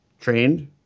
Trained